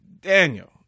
Daniel